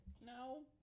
No